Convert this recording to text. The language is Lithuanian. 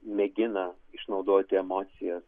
mėgina išnaudoti emocijas